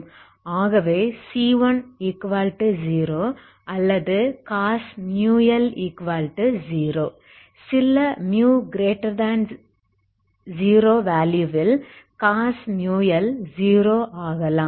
ஆகவே c10 அல்லது cos μL 0 சில μ0 வேல்யூ வில் cos μL 0ஆகலாம்